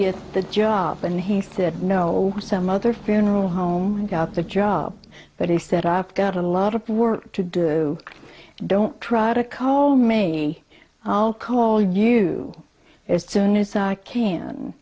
get the job and he said no some other funeral home got the job but he said i've got a lot of work to do don't try to call me i'll call you as soon as i can